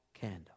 candle